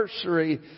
anniversary